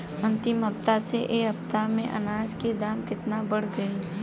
अंतिम हफ्ता से ए हफ्ता मे अनाज के दाम केतना बढ़ गएल?